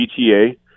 GTA